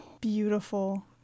Beautiful